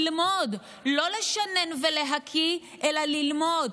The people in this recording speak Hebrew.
ללמוד, לא לשנן ולהקיא, אלא ללמוד.